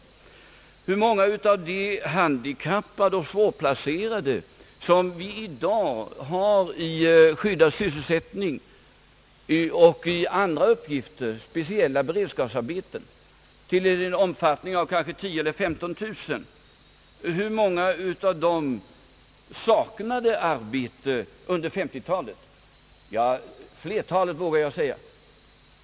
Hur många av de handikappade och svårplacerade, som vi i dag har i skyddad sysselsättning och i andra uppgifter, såsom speciella beredskapsarbeten, till en omfattning av 10 000—1535 000, saknade inte arbete un der senare delen av 5350-talet? Flertalet, vågar jag säga!